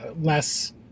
less